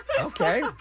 Okay